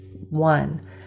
One